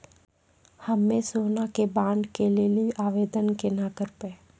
हम्मे सोना के बॉन्ड के लेली आवेदन केना करबै?